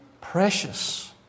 Precious